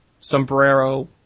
sombrero